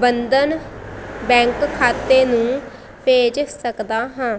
ਬੰਧਨ bank ਖਾਤੇ ਨੂੰ ਭੇਜ ਸਕਦਾ ਹਾਂ